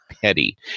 petty